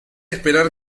esperar